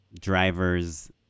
drivers